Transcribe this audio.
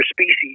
species